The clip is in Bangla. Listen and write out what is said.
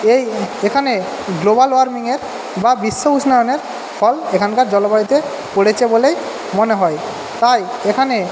এই এখানে গ্লোবাল ওয়ার্মিংয়ের বা বিশ্ব উষ্ণায়নের ফল এখানকার জলবায়ুতে পড়েছে বলেই মনে হয় তাই এখানে